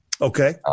Okay